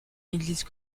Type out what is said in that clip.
église